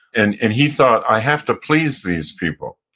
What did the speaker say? and and he thought, i have to please these people.